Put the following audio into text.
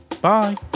Bye